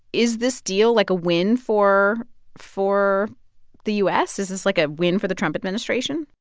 is this deal, like, a win for for the u s? is this, like, a win for the trump administration?